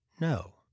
No